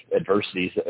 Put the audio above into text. adversities